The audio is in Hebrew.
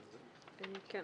אבל אם אני שולח לו בכתב,